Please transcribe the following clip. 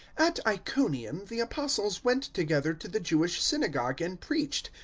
at iconium the apostles went together to the jewish synagogue and preached,